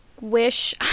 wish